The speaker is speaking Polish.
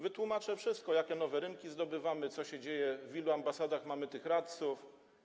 Wytłumaczyłbym wszystko: jakie nowe rynki zdobywamy, co się dzieje, w ilu ambasadach mamy radców.